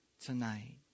tonight